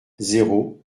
zéro